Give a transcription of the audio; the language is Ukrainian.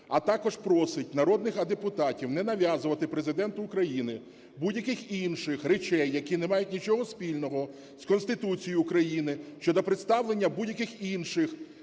а також просить народних депутатів не нав'язувати Президенту України будь-яких інших речей, які не мають нічого спільного з Конституцією України, щодо представлення будь-яких інших